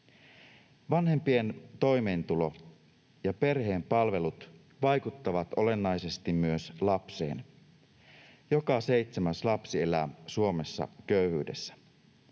Vanhempien toimeentulo ja perheen palvelut vaikuttavat olennaisesti myös lapseen. Joka seitsemäs lapsi elää Suomessa köyhyydessä.